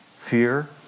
fear